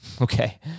Okay